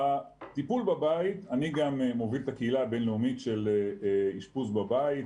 אני גם מוביל את הקהילה הבינלאומית של אשפוז בבית,